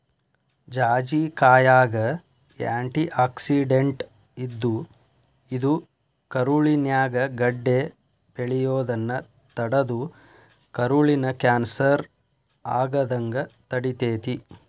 ಜಾಜಿಕಾಯಾಗ antioxidant ಇದ್ದು, ಇದು ಕರುಳಿನ್ಯಾಗ ಗಡ್ಡೆ ಬೆಳಿಯೋದನ್ನ ತಡದು ಕರುಳಿನ ಕ್ಯಾನ್ಸರ್ ಆಗದಂಗ ತಡಿತೇತಿ